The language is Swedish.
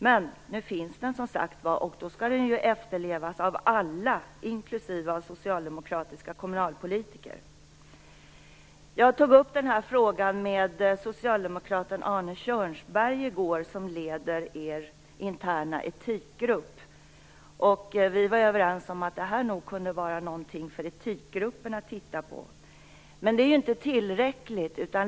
Men nu finns skatteflyktslagen, och då skall den efterlevas av alla, inklusive socialdemokratiska kommunalpolitiker. Jag tog i går upp den här frågan med socialdemokraten Arne Kjörnsberg som leder er interna etikgrupp. Vi var överens om att detta nog kunde vara någonting för etikgruppen att se över. Men det är inte tillräckligt.